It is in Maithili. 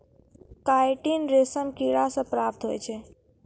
काईटिन रेशम किड़ा से प्राप्त हुवै छै